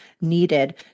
needed